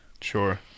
Sure